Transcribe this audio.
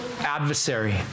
adversary